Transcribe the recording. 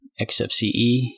XFCE